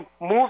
move